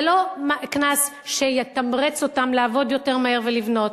זה לא קנס שיתמרץ אותן לעבוד יותר מהר ולבנות.